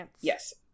yes